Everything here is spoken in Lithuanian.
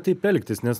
taip elgtis nes